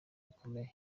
bikomeye